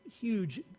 huge